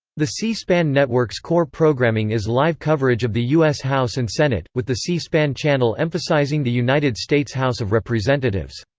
the c-span network's core programming is live coverage of the u s. house and senate, with the c-span channel emphasizing the united states house of representatives.